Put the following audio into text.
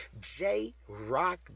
J-Rock